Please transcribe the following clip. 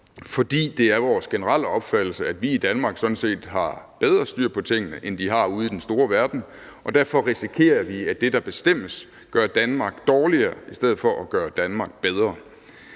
for det er vores generelle opfattelse, at vi i Danmark sådan set har bedre styr på tingene, end de har ude i den store verden, og derfor risikerer vi, at det, der bestemmes, gør Danmark dårligere i stedet for at gøre Danmark bedre.